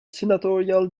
senatorial